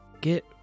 Get